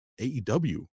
AEW